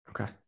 Okay